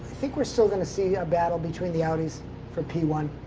think we're still going to see a battle between the audis for p one.